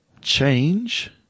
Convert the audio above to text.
change